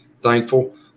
thankful